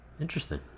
Interesting